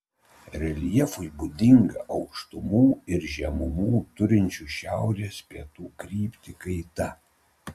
reljefui būdinga aukštumų ir žemumų turinčių šiaurės pietų kryptį kaita